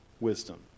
wisdom